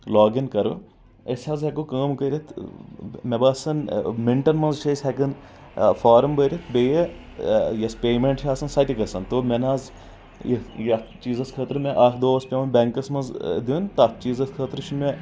لوگ اِن کرو أسۍ حظ ہٮ۪کو کٲم کٔرتھ مےٚ باسان منٹن منٛز چھِ أسۍ ہٮ۪کان فارم بٔرِتھ بیٚیہِ یۄس پیمنٹ چھِ آسان سۄتہِ گژھان تو مےٚ نہٕ حظ یتھ یتھ چیٖزس خٲطرٕ مےٚ اکھ دۄہ اوس پٮ۪وان بینٛکس منٛز دِیُن تتھ چیٖزس خٲطرٕ چھُ مےٚ